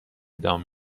دام